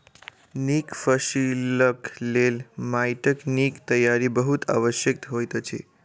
नीक फसिलक लेल माइटक नीक तैयारी बहुत आवश्यक होइत अछि